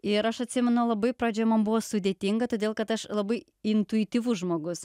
ir aš atsimenu labai pradžia man buvo sudėtinga todėl kad aš labai intuityvus žmogus